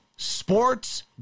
Sports